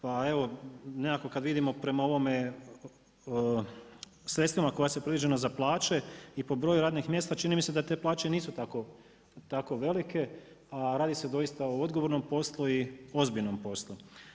Pa evo, nekako kad vidimo prema ovome sredstva koja su predviđena za plaće i po broju radnih mjesta čini mi se da te plaće nisu tako velike, a radi se doista o odgovornom poslu i ozbiljnom poslu.